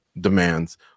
demands